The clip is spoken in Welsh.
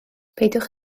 peidiwch